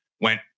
went